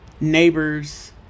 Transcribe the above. neighbors